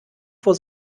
vor